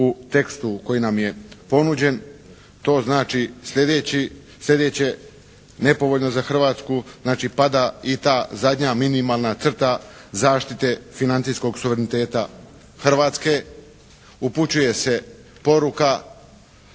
u tekstu koji nam je ponuđen, to znači sljedeće nepovoljno za Hrvatsku, znači pada i ta zadnja minimalna crta zaštite financijskog suvereniteta Hrvatske. Upućuje se poruka ne